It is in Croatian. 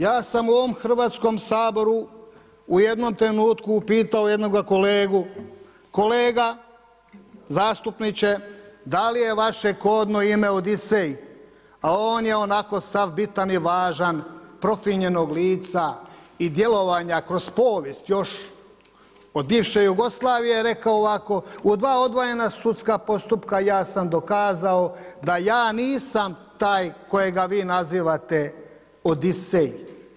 Ja sam u ovom Hrvatskom saboru u jednom trenutku upitao jednoga kolegu, kolega zastupniče, da li je vaše kodno ime Odisej, a on je onako sav bitan i važan profinjenog lica i djelovanja kroz povijest još od bivše Jugoslavije rekao ovako: u dva odvojena sudska postupka ja sam dokazao da ja nisam taj kojega vi nazivate Odisej.